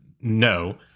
no